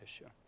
issue